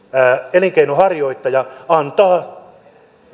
elinkeinonharjoittaja antaa